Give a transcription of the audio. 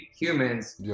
humans